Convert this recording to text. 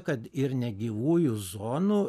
kad ir negyvųjų zonų